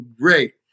great